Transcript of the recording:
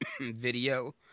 video